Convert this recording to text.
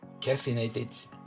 caffeinated